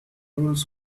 roles